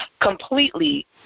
completely